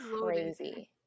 crazy